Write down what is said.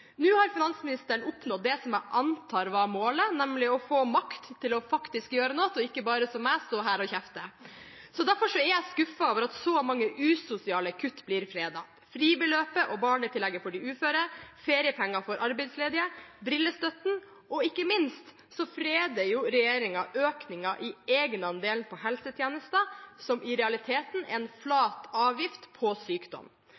Nå har finansministeren oppnådd det jeg antar var målet, nemlig å få makt til faktisk å gjøre noe, og ikke bare– som jeg –stå her og kjefte. Derfor er jeg skuffet over at så mange usosiale kutt blir fredet: fribeløpet og barnetillegget for de uføre, feriepenger for arbeidsledige, brillestøtten og ikke minst økningen i egenandelen på helsetjenester, som i realiteten er en flat avgift på sykdom.